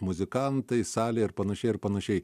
muzikantai salė ir panašiai ir panašiai